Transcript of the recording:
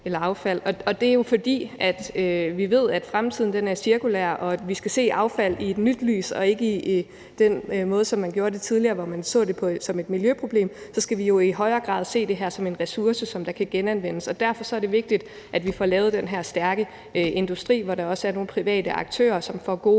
affald. Og det er jo, fordi vi ved, at fremtiden er cirkulær, og at vi skal se affald i et nyt lys og ikke på den måde, som man gjorde tidligere, hvor man så det som et miljøproblem, og vi skal så i højere grad se det her som en ressource, som kan genanvendes. Og derfor er det vigtigt, at vi får lavet den her stærke industri, hvor der også er nogle private aktører, som får gode